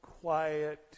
quiet